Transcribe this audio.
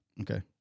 Okay